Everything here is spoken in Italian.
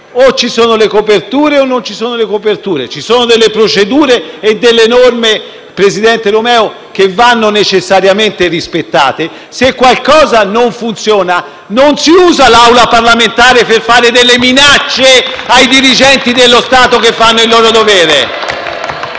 ci sono, oppure non ci sono. Ci sono delle procedure e delle norme che, presidente Romeo, vanno necessariamente rispettate. Se qualcosa non funziona, non si usa l'Assemblea parlamentare per fare delle minacce ai dirigenti dello Stato che fanno il loro lavoro.